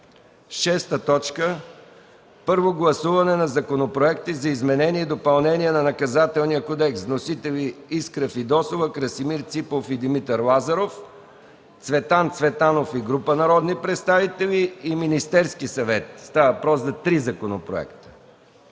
съвет. 6. Първо гласуване на законопроекти за изменение и допълнение на Наказателния кодекс. Вносители – Искра Фидосова, Красимир Ципов, Димитър Лазаров; Цветан Цветанов и група народни представители; Министерският съвет – три законопроекта.